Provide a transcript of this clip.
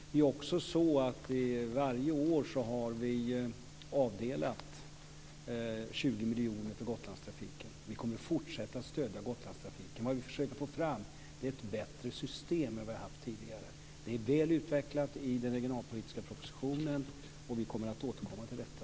Vidare är det så att vi varje år har avdelat 20 miljoner för Gotlandstrafiken, och vi kommer fortsätta med att stödja Gotlandstrafiken. Vad vi försöker få fram är ett system som är bättre än det som vi tidigare haft. Det här är väl utvecklat i den regionalpolitiska propositionen, och vi återkommer till detta.